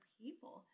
people